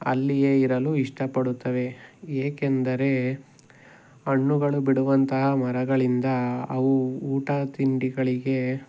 ಅಲ್ಲಿಯೇ ಇರಲು ಇಷ್ಟಪಡುತ್ತವೆ ಏಕೆಂದರೆ ಹಣ್ಣುಗಳು ಬಿಡುವಂತಹ ಮರಗಳಿಂದ ಅವು ಊಟ ತಿಂಡಿಗಳಿಗೆ